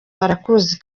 barakuzi